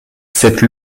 cette